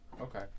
Okay